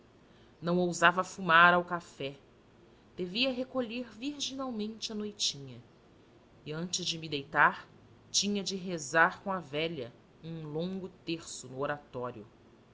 não ousava fumar ao café devia recolher virginalmente à noitinha e antes de me deitar tinha de rezar com a velha um longo terço no oratório